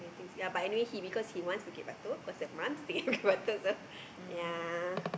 ya but anyway he because he wants Bukit-Batok cause his mum stay Bukit-Batok so ya